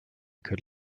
could